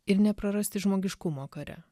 ir neprarasti žmogiškumo kare